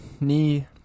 knee